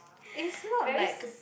is not like